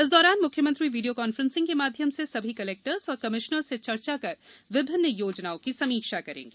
इस दौरान म्ख्यमंत्री वीडियो कान्फ्रेंसिंग के माध्यम से सभी कलेक्टर्स एवं कमिश्नर से चर्चा कर विभिन्न योजनाओं की समीक्षा करेंगे